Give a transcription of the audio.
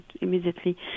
immediately